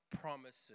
promises